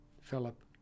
Philip